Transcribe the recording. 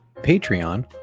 Patreon